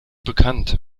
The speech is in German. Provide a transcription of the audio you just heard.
bekannt